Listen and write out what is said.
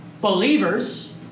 Believers